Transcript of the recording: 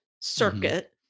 circuit